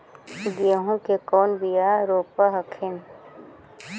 गेहूं के कौन बियाह रोप हखिन?